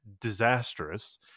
disastrous